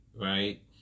right